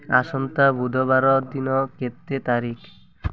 ଆସନ୍ତା ବୁଧବାର ଦିନ କେତେ ତାରିଖ